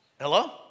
Hello